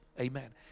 Amen